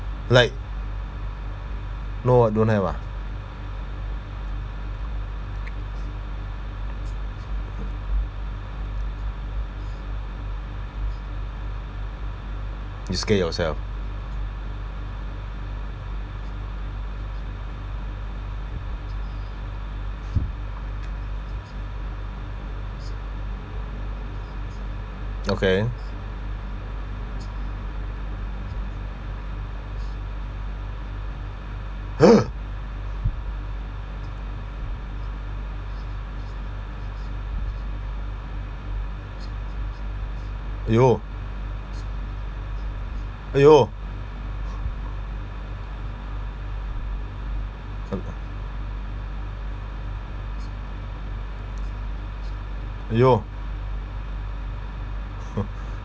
like no ah don't have ah you scare yourself okay !aiyo! !aiyo! cham lor !aiyo!